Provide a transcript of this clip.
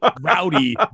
rowdy